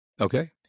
Okay